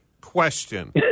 question